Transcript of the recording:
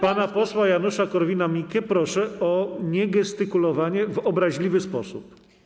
Pana posła Janusza Korwin-Mikkego proszę o niegestykulowanie w obraźliwy sposób.